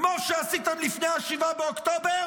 כמו שעשיתם לפני 7 באוקטובר,